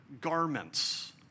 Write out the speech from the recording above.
garments